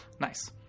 Nice